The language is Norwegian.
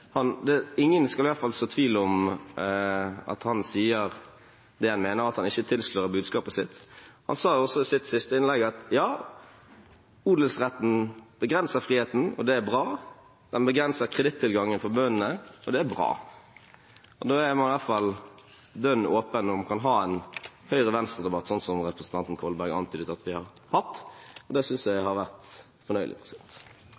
han sier det han mener, og at han ikke tilslører budskapet sitt. Han sa også i sitt siste innlegg at ja, odelsretten begrenser friheten, og det er bra. Den begrenser kredittilgangen for bøndene, og det er bra. Da er man i hvert fall dønn åpen om at man kan ha en høyre–venstre-debatt, sånn som representanten Kolberg antydet at vi har hatt. Det synes jeg